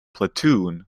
platoon